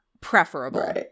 preferable